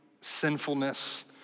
sinfulness